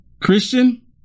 Christian